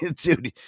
Dude